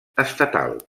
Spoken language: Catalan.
estatal